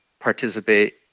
participate